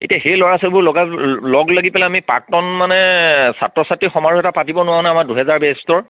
এতিয়া সেই ল'ৰা ছোৱালীবোৰ লগা লগ লাগি পেলাই আমি প্ৰাক্তন মানে ছাত্ৰ ছাত্ৰী সমাৰোহ এটা পাতিব নোৱাৰোঁ নে আমাৰ দুহেজাৰ বেষ্টৰ